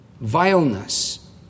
vileness